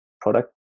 product